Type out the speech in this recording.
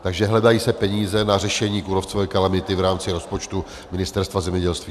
Takže se hledají peníze na řešení kůrovcové kalamity v rámci rozpočtu Ministerstva zemědělství.